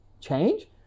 change